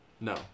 No